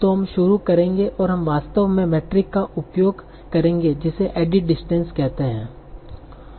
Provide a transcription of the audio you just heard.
तो हम शुरू करेंगे और हम वास्तव में मेट्रिक का उपयोग करेंगे जिसे एडिट डिस्टेंस कहते है